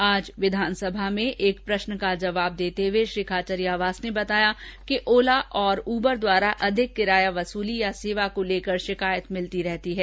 आज विधानसभा में एक तारांकित प्रष्न का जवाब देते हुए श्री खाचरियावास ने बताया कि ओला और उबर द्वारा अधिक किराया वसूली या सेवा को लेकर शिकायत मिलती रहती है